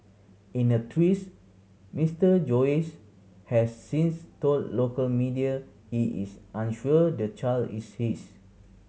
in a twist Mister Joyce has since told local media he is unsure the child is his